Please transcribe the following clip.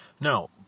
Now